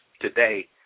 today